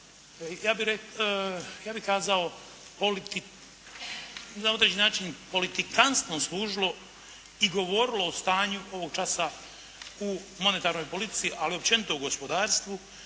ja bih kazao na određeni način politikanstvom služilo i govorilo o stanju ovog časa u monetarnoj politici, ali općenito u gospodarstvu